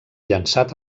llançat